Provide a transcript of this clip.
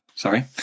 Sorry